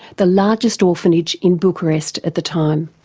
the largest orphanage in bucharest at the time.